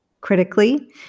critically